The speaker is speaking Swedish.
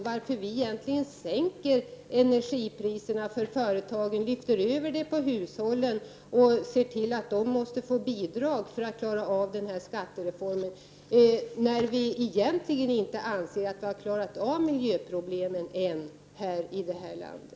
Varför skall vi nu sänka energipriserna för företagen, lyfta över kostnaden på hushållen och sedan se till att de får bidrag för att klara av effekten av skattereformen när vi ännu inte har lyckats lösa miljöproblemen här i Sverige?